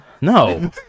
No